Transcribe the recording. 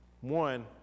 one